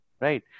right